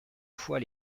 fois